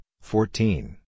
fourteen